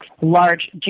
large